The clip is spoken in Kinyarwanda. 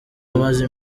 amaze